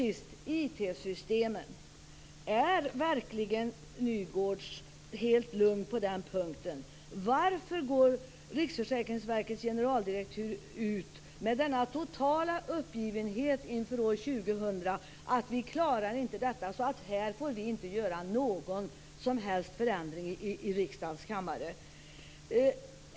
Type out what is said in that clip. Är verkligen Sven-Åke Nygårds helt lugn när det gäller IT-systemen? Varför går Riksförsäkringsverkets generaldirektör ut med en så total uppgivenhet inför år 2000 och säger att man inte klarar detta? Därför får vi inte göra någon som helst förändring här i riksdagens kammare.